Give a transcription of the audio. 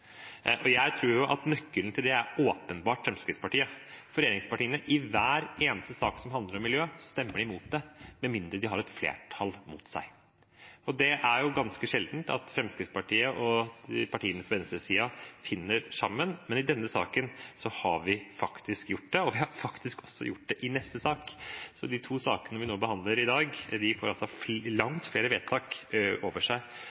Jeg tror nøkkelen til det er Fremskrittspartiet – åpenbart. I hver eneste sak som handler om miljø, stemmer regjeringspartiene mot, med mindre de har et flertall mot seg. Det er ganske sjeldent at Fremskrittspartiet og partiene på venstresiden finner sammen, men i denne saken har vi faktisk gjort det, og vi har også gjort det i neste sak. De to sakene vi behandler i dag, får